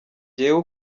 jyewe